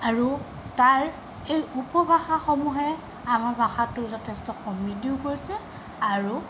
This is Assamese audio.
আৰু তাৰ এই উপভাষাসমূহে আমাৰ ভাষাটো যথেষ্ট সমৃদ্ধিও কৰিছে আৰু